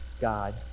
God